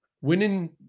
Winning